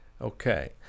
Okay